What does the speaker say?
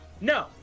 No